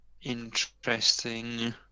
interesting